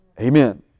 Amen